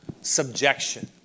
subjection